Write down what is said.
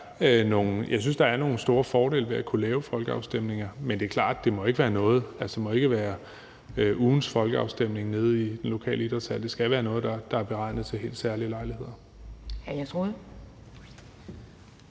jeg synes, at der er nogle store fordele ved at kunne lave folkeafstemninger. Men det er klart, at det ikke må være noget a la ugens folkeafstemning nede i den lokale idrætshal; det skal være noget, der er beregnet til helt særlige lejligheder.